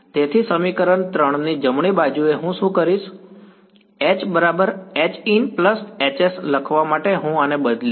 તેથી સમીકરણ 3 ની જમણી બાજુએ હું શું કરીશ H Hin Hs લખવા માટે હું આને બદલીશ